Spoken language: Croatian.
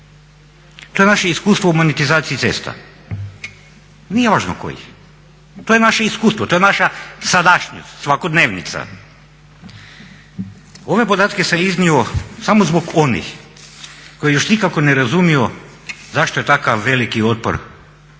To je naše iskustvo u monetizaciji cesta nije važno kojih, to je naše iskustvo, to je naša sadašnjost, svakodnevnica. Ove podatke sam iznio samo zbog onih koji još nikako ne razumiju zašto je takav veliki otpor pokušajima